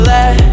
Let